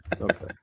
Okay